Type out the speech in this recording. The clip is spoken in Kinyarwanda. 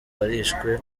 barishwe